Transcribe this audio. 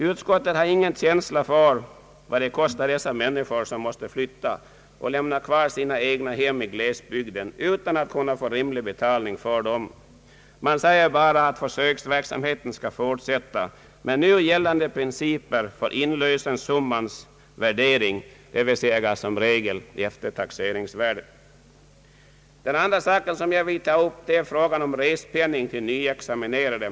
Utskottet har ingen känsla för vad det kostar dessa människor som måste flytta och lämna kvar sina egnahem i glesbygden utan att kunna få rimlig betalning för dem. Man säger bara att försöksverksamheten skall fortsätta med nu gällande principer för inlösensummans värdering, dvs. som regel efter taxeringsvärdet. Den andra sak som jag vill ta upp är frågan om respenning till nyexaminerade.